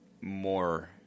more